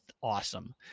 awesome